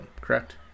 correct